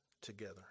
together